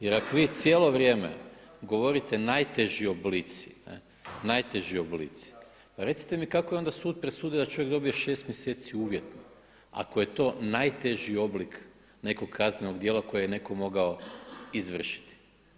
Jer ako vi cijelo vrijeme govorite najteži oblici, najteži oblici, pa recite mi kako je onda sud presudio da čovjek dobije 6 mjeseci uvjetno ako je to najteži oblik nekog kaznenog djela koje je netko mogao izvršiti?